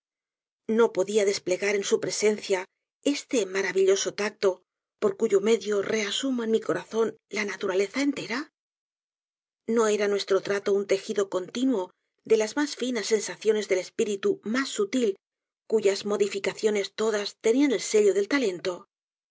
no podía desplegar en su presencia este maravilloso tacto por cuyo medio reasumo en mi corazón la naturaleza entera no era nuestro trato un tejido continuo de las nías finas sensaciones del espíritu mas sutil cuyas modificaciones todas tenían el sello del talento